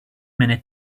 minute